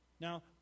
Now